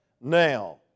now